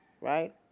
right